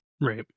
Right